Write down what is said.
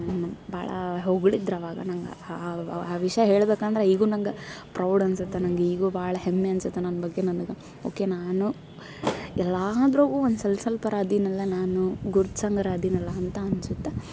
ಭಾಳ ಹೊಗಳಿದ್ರು ಆವಾಗ ನಂಗೆ ಆ ಆ ವಿಷಯ ಹೇಳ್ಬೇಕಂದ್ರ ಈಗೂ ನಂಗೆ ಪ್ರೌಡ್ ಅನ್ಸತ್ತ ನಂಗೆ ಈಗೂ ಭಾಳ ಹೆಮ್ಮೆ ಅನ್ಸತ್ತ ನನ್ನ ಬಗ್ಗೆ ನನ್ಗೆ ಓಕೆ ನಾನು ಎಲ್ಲಾದ್ರಗೂ ಒಂದು ಸ್ವಲ್ಪರ ಅದಿನಲ್ಲ ನಾನು ಗುರ್ತ್ಸಂಗರ ಅದಿನಲ್ಲ ಅಂತ ಅನ್ಸುತ್ತ